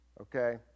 okay